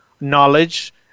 knowledge